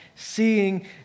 seeing